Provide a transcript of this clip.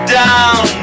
down